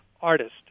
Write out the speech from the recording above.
artist